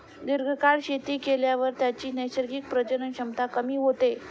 दीर्घकाळ शेती केल्यावर त्याची नैसर्गिक प्रजनन क्षमता कमी होते